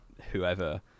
whoever